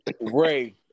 Ray